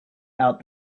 out